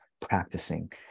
practicing